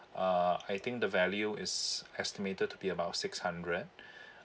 uh I think the value is estimated to be about six hundred